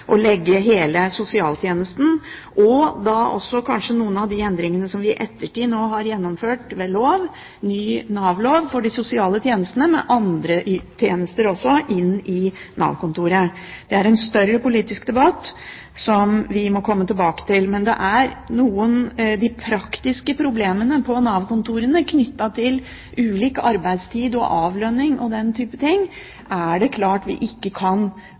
og legge hele sosialtjenesten og da også noen av de endringene som vi i ettertid har gjennomført ved lov, ny Nav-lov for de sosiale tjenestene med andre tjenester også, inn i Nav-kontoret, er en større politisk debatt som vi må komme tilbake til. Men det er klart vi ikke kan overse at de praktiske problemene på Nav-kontorene knyttet til ulik arbeidstid og avlønning og den type ting